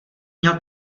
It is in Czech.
měl